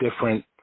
different